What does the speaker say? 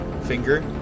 finger